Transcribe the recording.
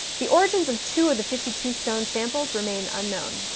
the origins of two of the fifty two stones sampled remain unknown.